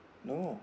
no